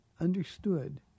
understood